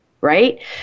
right